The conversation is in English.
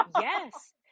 Yes